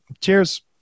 Cheers